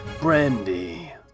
Brandy